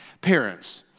Parents